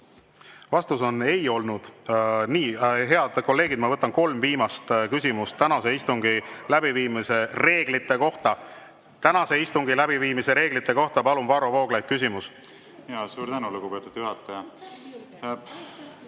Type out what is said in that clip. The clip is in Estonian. Vastus on, et ei olnud. Nii, head kolleegid, ma võtan kolm viimast küsimust tänase istungi läbiviimise reeglite kohta. Tänase istungi läbiviimise reeglite kohta, palun, Varro Vooglaid, küsimus! Vastus on, et ei